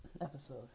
episode